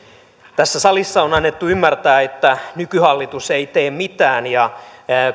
tässä salissa on annettu ymmärtää että nykyhallitus ei tee mitään ja